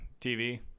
tv